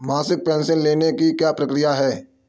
मासिक पेंशन लेने की क्या प्रक्रिया है?